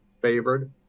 favored